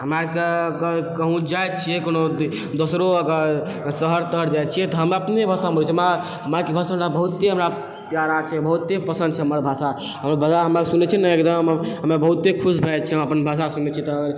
हमरा आरके कहुँ जाइ छियै कोनो दोसरो शहर तहर जाइ छियै तऽ हम अपने भाषामे बोलै छियै हमरा मातृभाषा बहुते हमरा पियारा छै बहुते पसन्द छै हमर भाषा हमर भाषा हमे सुनै छियै ने एकदम हमे बहुते खुश भऽ जाइ छियै अपन भाषा सुनै छियै तऽ